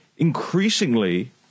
increasingly